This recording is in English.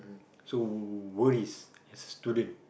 so what is as a student